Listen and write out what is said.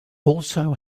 also